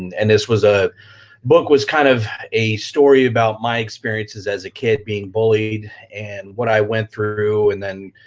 and and this was, ah book was kind of my story about my experiences as a kid being bullied and what i went through and then,